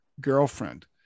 girlfriend